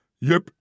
Yep